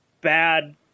bad